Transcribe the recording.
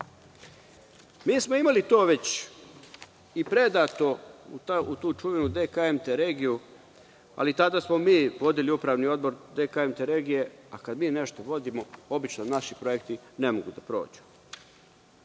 smo imali to već i predato je u tu čuvenu DKMT regiju, ali tada smo mi vodili upravni odbor DKMT regije, a kada mi nešto vodimo obično naši projekti ne mogu da prođu. Ima